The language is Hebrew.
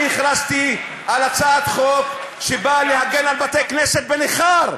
הכרזתי על הצעת חוק שבאה להגן על בתי-כנסת בניכר.